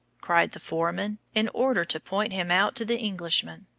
cried the foreman, in order to point him out to the englishman.